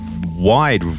wide